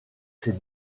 ses